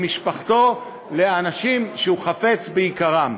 למשפחתו, לאנשים שהוא חפץ ביקרם.